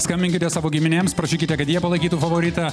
skambinkite savo giminėms prašykite kad jie palaikytų favoritą